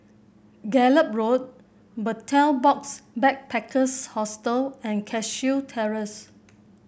Gallop Road Betel Box Backpackers Hostel and Cashew Terrace